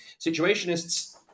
situationists